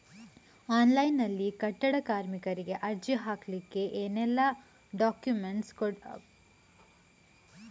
Online ನಲ್ಲಿ ಕಟ್ಟಡ ಕಾರ್ಮಿಕರಿಗೆ ಅರ್ಜಿ ಹಾಕ್ಲಿಕ್ಕೆ ಏನೆಲ್ಲಾ ಡಾಕ್ಯುಮೆಂಟ್ಸ್ ಕೊಡ್ಲಿಕುಂಟು?